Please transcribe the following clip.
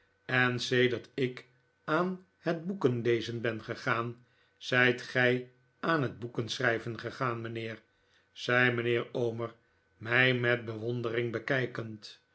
en sedert ik aan het boeken lezen ben gegaan zijt gij aan het boeken schrijven gegaan mijnheer zei mijnheer omer mij met bewondering bekijkend